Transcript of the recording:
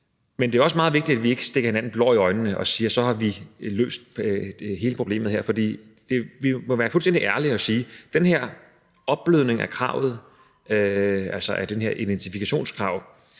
Men det er jo også meget vigtigt, at vi ikke stikker hinanden blår i øjnene og siger, at så har vi løst hele problemet her. For vi må være fuldstændig ærlige og sige, at den her opblødning af kravet, altså af det her identifikationskrav,